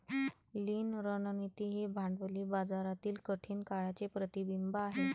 लीन रणनीती ही भांडवली बाजारातील कठीण काळाचे प्रतिबिंब आहे